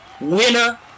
Winner